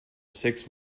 six